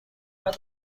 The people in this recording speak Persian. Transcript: کنیم